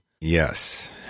yes